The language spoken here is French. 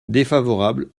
défavorable